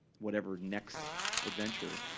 whatever next adventure,